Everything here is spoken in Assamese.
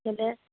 কেলৈ